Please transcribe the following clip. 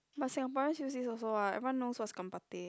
but Singaporeans use this also what everyone knows what is gambate